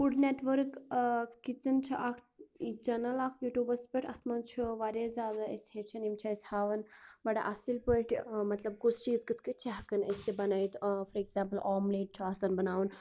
food Network ؤرٕک کِچَن چھِ اکھ چَینَل اکھ یوٗ ٹیٛوٗبَس پٮ۪ٹھ اتھ مَنٛز چھِ واریاہ زیادٕ أسۍ ہیٚچھان یم چھِ اَسہِ ہاوان بَڈٕ اَصٕل پٲٹھۍ مَطلَب کُس چیٖز کِتھٕ پٲٹھۍ چھِ ہیٚکان أسۍ بَنٲوِتھ فار ایٚگزامپُل آملیٹ چھُ آسان بناوُن